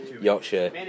Yorkshire